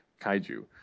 kaiju